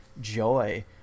joy